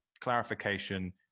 clarification